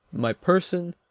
my person,